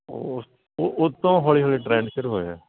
ਓਸ ਉਹਤੋਂ ਹੌਲੀ ਹੌਲੀ ਟਰੈਂਡ ਸ਼ੁਰੂ ਹੋਇਆ